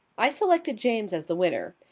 i selected james as the winner.